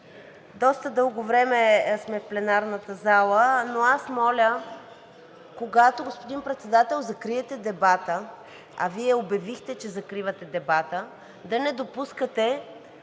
Доста дълго време сме в пленарната зала, но аз моля, когато, господин Председател, закриете дебата, а Вие обявихте, че закривате дебата, да не допускате